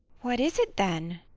what is it then?